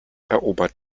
erobert